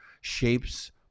shapes